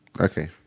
Okay